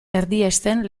erdiesten